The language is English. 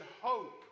hope